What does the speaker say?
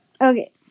Okay